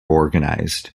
organized